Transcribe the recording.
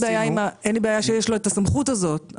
אין לי בעיה שיש לו את הסמכות הזאת.